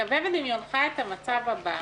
שווה בדמיונך את המצב הבא,